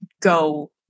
go